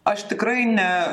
aš tikrai ne